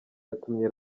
yatumye